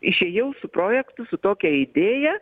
išėjau su projektu su tokia idėja